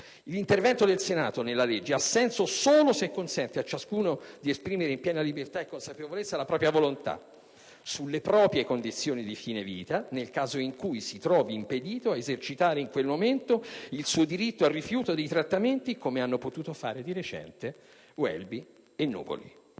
L'intervento del Senato nella legge ha senso solo se consente a ciascuno di esprimere in piena libertà e consapevolezza la propria volontà sulle proprie condizioni di fine vita, nel caso in cui si trovi impedito ad esercitare in quel momento il suo diritto al rifiuto di trattamenti, come hanno potuto fare di recente Welby e Nuvoli.